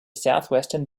southwestern